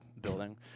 building